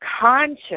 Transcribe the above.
conscious